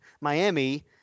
Miami